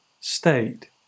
state